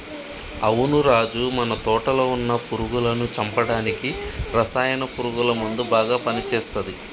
అవును రాజు మన తోటలో వున్న పురుగులను చంపడానికి రసాయన పురుగుల మందు బాగా పని చేస్తది